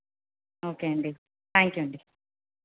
okay అండి thank you అండి